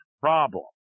problem